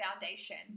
foundation